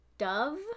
dove